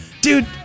Dude